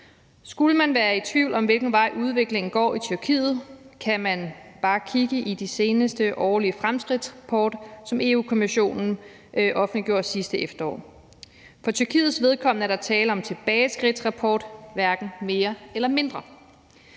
Skulle man være i tvivl om, i hvilken vej udviklingen går i Tyrkiet, kan man bare kigge i de seneste årlige fremskridtsrapporter, som Europa-Kommissionen offentliggjorde sidste efterår. For Tyrkiets vedkommende er der tale om en tilbageskridtsrapport, hverken mere eller mindre.